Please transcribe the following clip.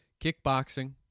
kickboxing